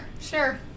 sure